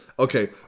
Okay